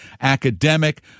academic